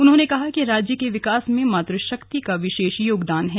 उन्होंने कहा कि राज्य के विकास में मातशक्ति का विशेष योगदान है